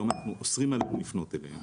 היום אוסרים עלינו לפנות אליהם,